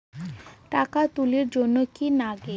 টাকা তুলির জন্যে কি লাগে?